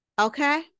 Okay